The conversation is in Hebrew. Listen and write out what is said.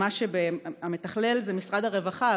המתכלל זה משרד הרווחה,